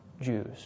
Jews